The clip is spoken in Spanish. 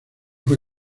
fue